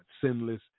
sinless